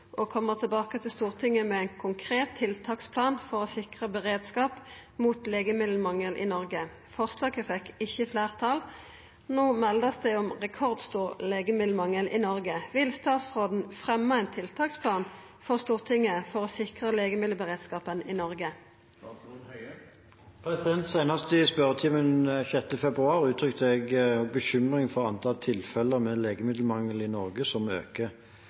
å be regjeringen gjennomføre en uavhengig utredning av legemiddelmangelsituasjonen og komme tilbake til Stortinget med en konkret tiltaksplan for å sikre beredskap mot legemiddelmangel i Norge. Forslaget fikk ikke flertall. Nå meldes det om rekordstor legemiddelmangel i Norge. Vil statsråden fremme en tiltaksplan for Stortinget for å sikre legemiddelberedskapen i Norge?» Senest i spørretimen 6. februar uttrykte jeg bekymring for at antall tilfeller med legemiddelmangel i Norge øker.